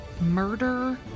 murder